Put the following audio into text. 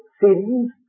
sins